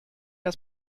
das